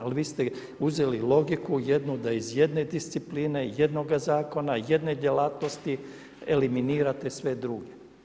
Ali vi ste uzeli logiku jednu da iz jedne discipline, jednoga zakona, jedne djelatnosti eliminirate sve druge.